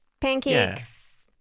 pancakes